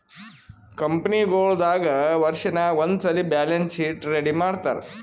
ಕಂಪನಿಗೊಳ್ ದಾಗ್ ವರ್ಷನಾಗ್ ಒಂದ್ಸಲ್ಲಿ ಬ್ಯಾಲೆನ್ಸ್ ಶೀಟ್ ರೆಡಿ ಮಾಡ್ತಾರ್